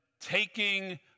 taking